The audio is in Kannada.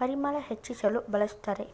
ಪರಿಮಳ ಹೆಚ್ಚಿಸಲು ಬಳ್ಸತ್ತರೆ